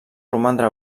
romandre